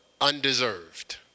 undeserved